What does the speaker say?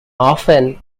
often